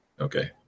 okay